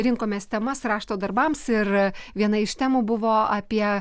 rinkomės temas rašto darbams ir viena iš temų buvo apie